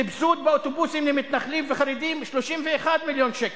סבסוד אוטובוסים למתנחלים ולחרדים, 31 מיליון שקל,